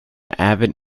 avid